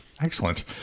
Excellent